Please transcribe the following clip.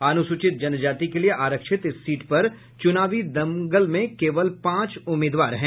अनुसूचित जनजाति के लिए आरक्षित इस सीट पर चुनावी दंगल में केवल पांच उम्मीदवार हैं